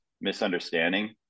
misunderstanding